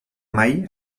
mai